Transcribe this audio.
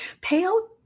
Pale